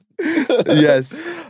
Yes